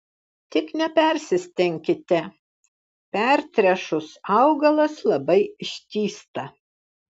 tik nepersistenkite pertręšus augalas labai ištįsta